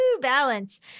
balance